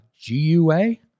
G-U-A